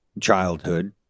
childhood